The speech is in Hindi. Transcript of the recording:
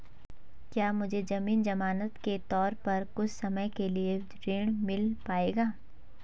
क्या मुझे ज़मीन ज़मानत के तौर पर कुछ समय के लिए ऋण मिल पाएगा?